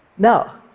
now,